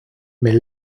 mais